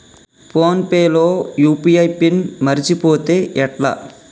Phone pay లో UPI PIN మరచిపోతే ఎట్లా?